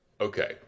Okay